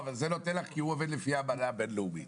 אבל זה נותן לך כי הוא עובד לפי האמנה הבינלאומית.